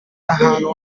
ahantu